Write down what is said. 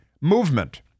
movement